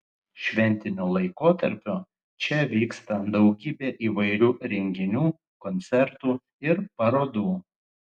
šventiniu laikotarpiu čia vyksta daugybė įvairių renginių koncertų ir parodų